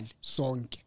song